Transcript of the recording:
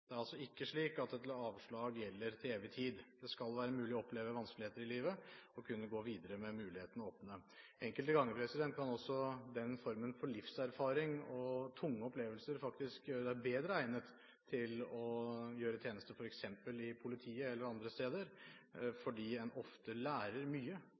Det er altså ikke slik at et avslag gjelder til evig tid. Det skal være mulig å oppleve vanskeligheter i livet og kunne gå videre med mulighetene åpne. Enkelte ganger kan også den formen for livserfaring og tunge opplevelser faktisk gjøre en bedre egnet til å gjøre tjeneste f.eks. i politiet eller andre steder, fordi en ofte lærer mye